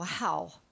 Wow